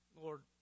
Lord